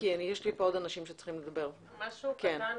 משהו קטן